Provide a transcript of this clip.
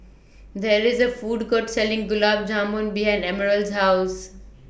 There IS A Food Court Selling Gulab Jamun behind Emerald's House